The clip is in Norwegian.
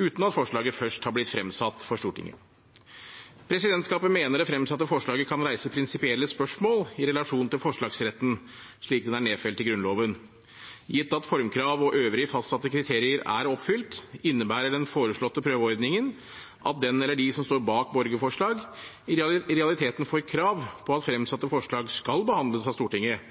uten at forslaget først har blitt fremsatt for Stortinget. Presidentskapet mener det fremsatte forslaget kan reise prinsipielle spørsmål i relasjon til forslagsretten slik den er nedfelt i Grunnloven. Gitt at formkrav og øvrige fastsatte kriterier er oppfylt, innebærer den foreslåtte prøveordningen at den eller de som står bak borgerforslag, i realiteten får krav på at fremsatte forslag skal behandles av Stortinget,